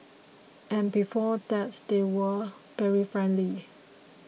and before that they were very friendly